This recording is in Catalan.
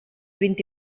vint